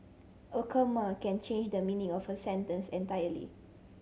a comma can change the meaning of a sentence entirely